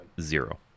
zero